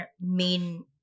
main